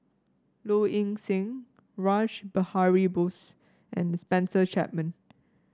Low Ing Sing Rash Behari Bose and Spencer Chapman